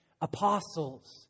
apostles